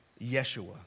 Yeshua